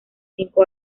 cinco